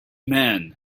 men